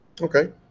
Okay